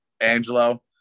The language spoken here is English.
Angelo